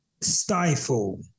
stifle